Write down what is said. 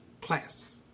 class